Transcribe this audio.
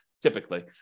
typically